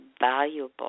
valuable